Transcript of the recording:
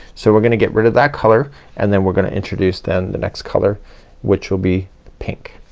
so we're gonna get rid of that color and then we're gonna introduce then the next color which will be pink.